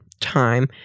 time